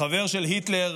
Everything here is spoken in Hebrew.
החבר של היטלר,